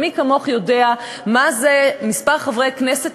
ומי כמוך יודע מה זה כשמספר חברי כנסת